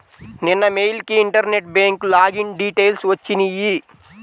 నిన్న మెయిల్ కి internet bank login details వచ్చినియ్యి